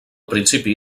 principi